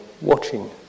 watching